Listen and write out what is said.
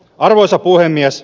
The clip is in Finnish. arvoisa puhemies